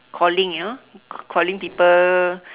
calling you know calling people